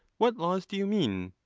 what laws do you mean?